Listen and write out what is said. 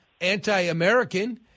anti-American